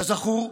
כזכור,